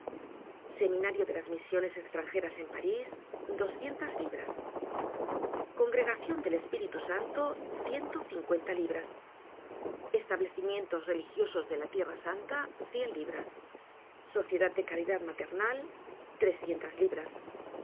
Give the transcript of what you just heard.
seminario de las misiones estranjeras en parís doscientas libras congregacion del espíritu santo ciento cincuenta libras establecimientos religiosos de la tierra santa cien libras sociedad de caridad maternal trescientas libras